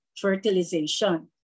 fertilization